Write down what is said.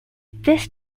this